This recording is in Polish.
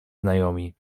znajomi